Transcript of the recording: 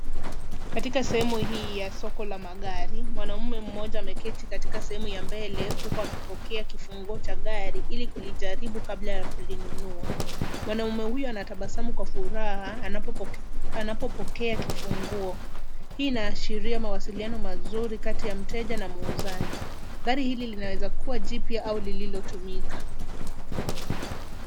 Katika sehemu hiii ya soko la magari, mwanaume mmoja ameketi katika sehemu ya mbele huku akipokea kifunguo cha gari ili kujaribu kabla ya kulinunua. Mwanaume huyu anatabasamu kwa furaha anapoeka kifunguo. Hii ina ashiria nawasiliano mazuri kati ya mteja na muuzaji. Gari hili linaweza kuwa jipya au lilo tumika.